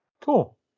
cool